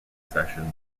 sessions